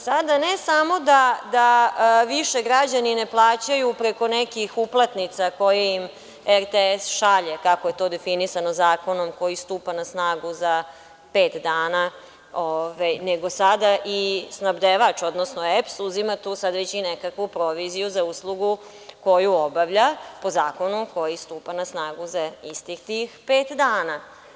Sada ne samo da više građani ne plaćaju preko nekih uplatnica koje im RTS šalje, kako je to definisano zakonom koji stupa na snagu za pet dana, nego sada i snabdevač, odnosno EPS uzima tu sada već i nekakvu proviziju za uslugu koju obavlja po zakonu koji stupa na snagu za istih tih pet dana.